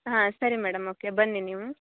ಹಾಂ ಸರಿ madam okay ಬನ್ನಿ ನೀವು